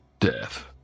death